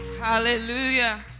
Hallelujah